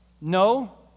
No